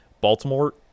Baltimore